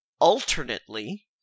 alternately